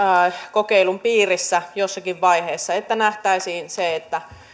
kokeilun piirissä jossakin vaiheessa niin että nähtäisiin se